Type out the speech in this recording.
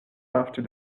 after